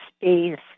space